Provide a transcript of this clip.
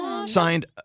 Signed